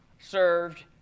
served